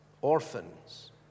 orphans